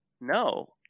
No